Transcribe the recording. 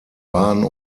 waren